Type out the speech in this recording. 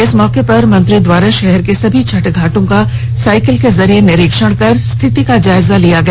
इस मौके पर मंत्री द्वारा शहर के सभी छठ घाटों का साइकिल के जरिए निरीक्षण कर स्थिति का जायजा लिया गया